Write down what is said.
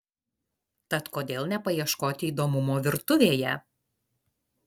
tad kodėl nepaieškoti įdomumo virtuvėje